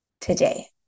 today